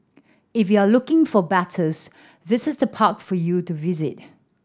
if you're looking for battles this is the park for you to visit